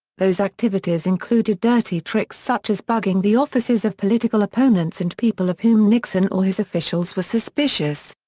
those activities included dirty tricks such as bugging the offices of political opponents and people of whom nixon or his officials were suspicious.